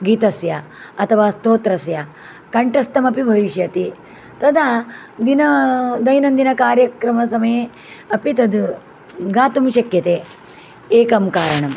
गीतस्य अथवा स्तोत्रस्य कण्ठस्थमपि भविष्यति तदा दिना दैनन्दिककार्यक्रमसमये अपि तत् गातुं शक्यते एकं कारणम्